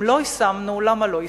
אם לא יישמנו, למה לא יישמנו.